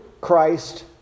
Christ